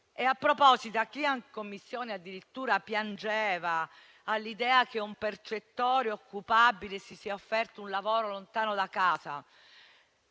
A proposito, a chi in Commissione addirittura piangeva all'idea che a un percettore occupabile si sia offerto un lavoro lontano da casa,